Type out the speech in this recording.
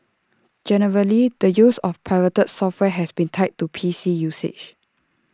generally the use of pirated software has been tied to P C usage